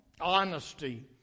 honesty